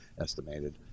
estimated